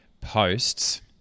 posts